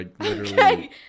Okay